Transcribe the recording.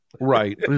right